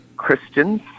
Christians